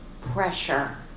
pressure